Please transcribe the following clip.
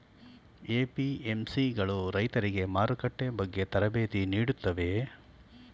APMC ಗಳು ರೈತರಿಗೆ ಮಾರುಕಟ್ಟೆ ಬಗ್ಗೆ ತರಬೇತಿ ನೀಡುತ್ತವೆಯೇ?